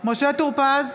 משה טור פז,